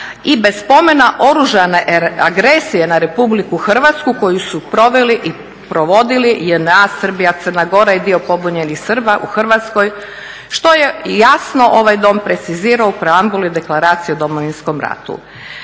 i bez spomena oružane agresije na RH koju su proveli i provodili JNA, Srbija, Crna Gora i dio pobunjenih Srba u Hrvatskoj što je jasno ovaj Dom precizirao u preambuli Deklaracije o Domovinskom ratu.